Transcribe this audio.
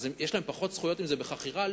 יש להם פחות זכויות אם זה בחכירה?